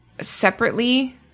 separately